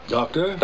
Doctor